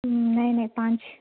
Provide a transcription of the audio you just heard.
نہیں نہیں پانچ